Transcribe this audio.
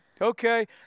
okay